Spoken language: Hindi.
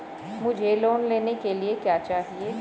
मुझे लोन लेने के लिए क्या चाहिए?